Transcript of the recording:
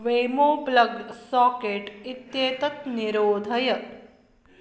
वेमो plug socket इत्येतत् निरोधय